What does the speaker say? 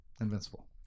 Invincible